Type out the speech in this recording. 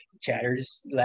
chatters